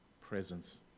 presence